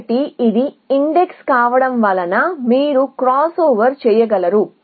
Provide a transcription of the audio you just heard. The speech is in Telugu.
కాబట్టి ఇది ఇండెక్స్ కావడం వలన మీరు క్రాస్ఓవర్ చేయగలరు